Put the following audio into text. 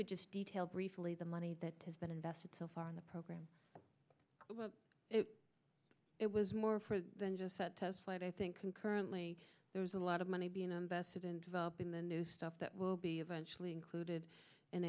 ld just detail briefly the money that has been invested so far in the program it was more than just that test flight i think concurrently there was a lot of money being invested in developing the new stuff that will be eventually included in